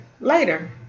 later